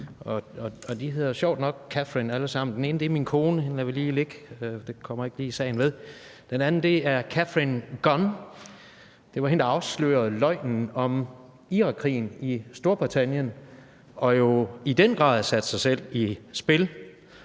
og de hedder sjovt nok Katharine alle sammen. Den ene er min kone, og hende lader vi lige ligge; det kommer ikke sagen ved. Den anden er Katharine Gun. Det var hende, der afslørede løgnen om Irakkrigen i Storbritannien og i den grad satte sig selv i spil